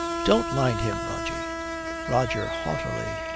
don't mind him, rogie roger, haughtily,